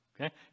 okay